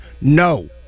no